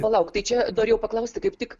palauk tai čia norėjau paklausti kaip tik